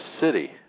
city